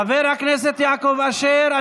חבר הכנסת יעקב אשר,